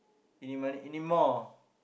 Eeny-meeney-miny-moe